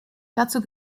dazu